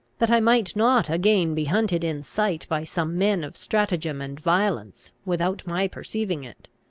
that i might not again be hunted in sight by some men of stratagem and violence without my perceiving it.